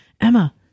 emma